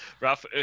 ralph